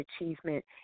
achievement